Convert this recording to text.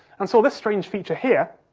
and saw this strange feature here,